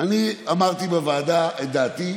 אני אמרתי בוועדה את דעתי,